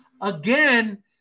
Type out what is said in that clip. again